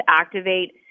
activate